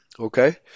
Okay